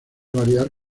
variar